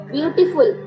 Beautiful